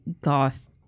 goth